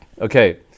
Okay